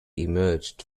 emerged